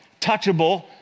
touchable